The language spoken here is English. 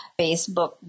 Facebook